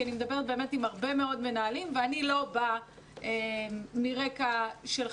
כי אני מדברת באמת עם הרבה מאוד מנהלים ואני לא באה מרקע של חינוך,